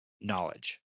knowledge